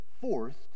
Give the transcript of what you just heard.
forced